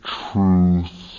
truth